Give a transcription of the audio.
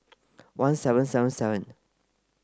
one seven seven seven